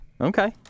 Okay